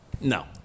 No